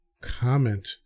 comment